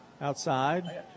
Outside